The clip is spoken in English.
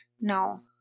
No